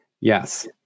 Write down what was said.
Yes